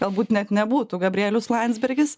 galbūt net nebūtų gabrielius landsbergis